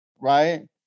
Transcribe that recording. right